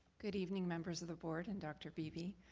good evening members of the board and dr. beebe.